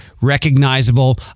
recognizable